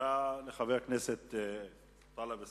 תודה לחבר הכנסת טלב אלסאנע.